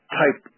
type